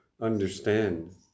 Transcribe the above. understand